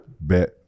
bet